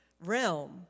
realm